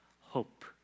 hope